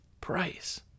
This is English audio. price